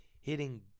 hitting